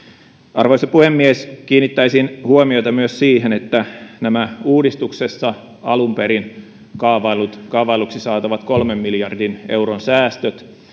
arvoisa puhemies kiinnittäisin huomiota myös siihen että nämä uudistuksessa alun perin saataviksi kaavaillut kolmen miljardin euron säästöt